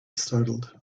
startled